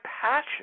passion